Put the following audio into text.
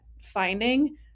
finding